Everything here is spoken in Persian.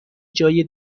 جای